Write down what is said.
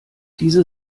diese